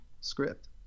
script